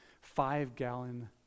five-gallon